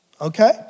Okay